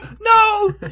no